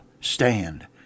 stand